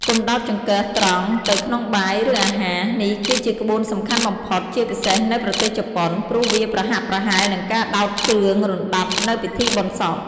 កុំដោតចង្កឹះត្រង់ទៅក្នុងបាយ ឬអាហារ នេះគឺជាក្បួនសំខាន់បំផុត ជាពិសេសនៅប្រទេសជប៉ុន ព្រោះវាប្រហាក់ប្រហែលនឹងការដោតគ្រឿងរណ្ដាប់នៅពិធីបុណ្យសព។